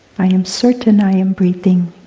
i am certain i am breathing.